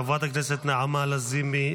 חברת הכנסת נעמה לזימי,